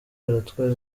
atwara